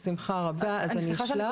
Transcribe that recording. בשמחה רבה אשלח.